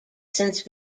since